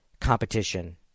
competition